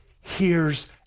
hears